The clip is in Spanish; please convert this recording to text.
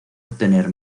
obtener